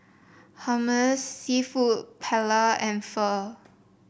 Hummus seafood Paella and Pho